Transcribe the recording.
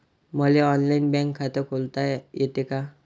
मले online bank खात खोलता येते का?